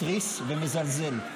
מתריס ומזלזל.